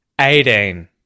eighteen